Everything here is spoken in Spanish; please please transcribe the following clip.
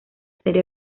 serie